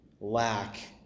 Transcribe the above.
lack